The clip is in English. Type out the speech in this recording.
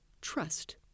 trust